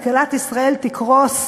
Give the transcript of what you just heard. כלכלת ישראל תקרוס,